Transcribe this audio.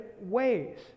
ways